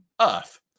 Earth